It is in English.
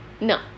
No